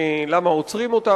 למה עוצרים אותם?